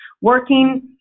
working